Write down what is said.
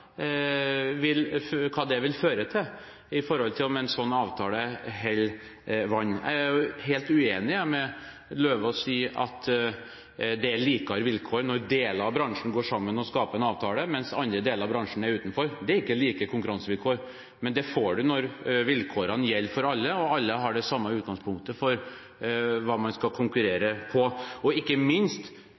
vil føre til – om en slik avtale holder vann. Jeg er helt uenig med Eidem Løvaas i at det er mer like vilkår når deler av bransjen går sammen og lager en avtale, mens andre deler av bransjen er utenfor. Det er ikke like konkurransevilkår. Det får man når vilkårene gjelder for alle og alle har det samme utgangspunktet med hensyn til hva man skal konkurrere om – ikke minst